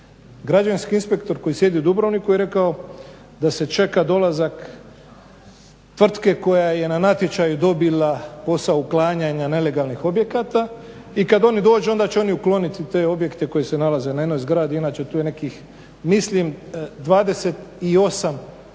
Građevinski inspektor koji sjedi u Dubrovniku je rekao da se čeka dolazak tvrtke koja je na natječaju dobila posao uklanjanja nelegalnih objekata i kad oni dođu onda će oni ukloniti te objekte koji se nalaze na jednoj zgradi, inače tu je nekih mislim 28 antenskih